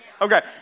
Okay